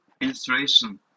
illustration